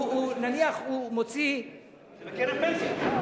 נניח הוא מוציא, זו קרן פנסיה.